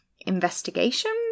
investigation